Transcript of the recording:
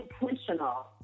intentional